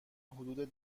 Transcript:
حدود